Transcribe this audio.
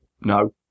No